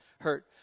hurt